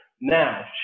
Now